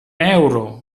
euro